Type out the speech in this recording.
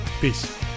Peace